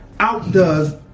outdoes